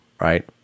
right